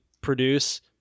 produce